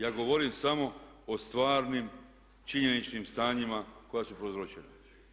Ja govorim samo o stvarnim činjeničnim stanjima koja su prouzročena.